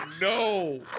no